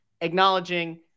acknowledging